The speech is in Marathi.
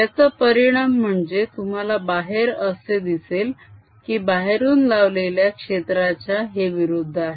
त्याचा परिणाम म्हणजे तुम्हाला बाहेर असे दिसेल की बाहेरून लावलेल्या क्षेत्राच्या हे विरुद्ध आहे